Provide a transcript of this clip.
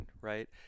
right